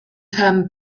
term